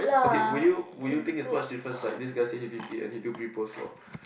okay will you will you think is much different like this guy say he V_P actually do pre post what